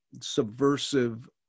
subversive